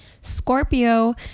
Scorpio